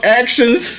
actions